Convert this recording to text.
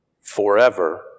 forever